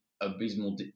abysmal